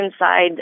inside